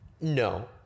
no